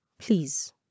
Please